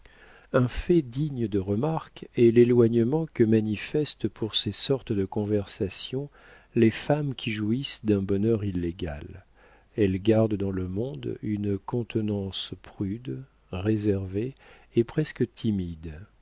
un fait digne de remarque est l'éloignement que manifestent pour ces sortes de conversations les femmes qui jouissent d'un bonheur illégal elles gardent dans le monde une contenance prude réservée et presque timide